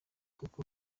kuko